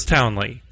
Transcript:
Townley